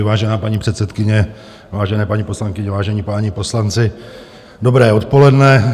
Vážená paní předsedkyně, vážené paní poslankyně, vážení páni poslanci, dobré odpoledne.